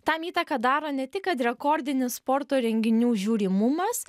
tam įtaką daro ne tik kad rekordinis sporto renginių žiūrimumas